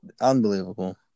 unbelievable